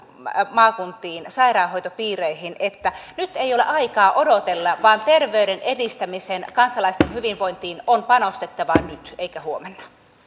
maakuntiin sairaanhoitopiireihin että nyt ei ole aikaa odotella vaan terveyden edistämiseen kansalaisten hyvinvointiin on panostettava nyt eikä huomenna